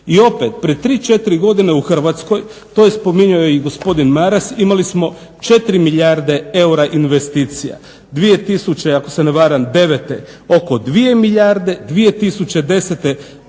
i opet, pred 3, 4 godine u Hrvatskoj, to je spominjao i gospodin Maras, imali smo 4 milijarde eura investicija, ako se ne varam 2009. oko 2 milijarde, 2010.